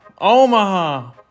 Omaha